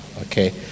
Okay